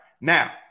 Now